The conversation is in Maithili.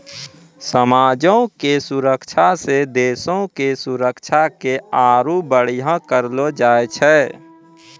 समाजो के सुरक्षा से देशो के सुरक्षा के आरु बढ़िया करलो जाय छै